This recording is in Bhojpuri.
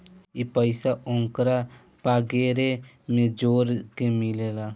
ई पइसा ओन्करा पगारे मे जोड़ के मिलेला